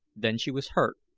then she was hurt,